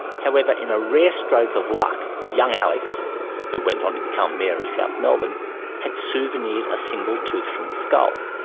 however, in a rare stroke of luck, young alex who went on to become mayor of south melbourne had souvenired a single tooth from the skull.